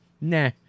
Nah